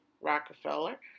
rockefeller